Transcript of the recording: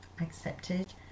accepted